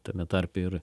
tame tarpe ir